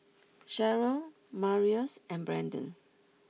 Sharyl Marius and Branden